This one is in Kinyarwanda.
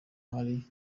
hari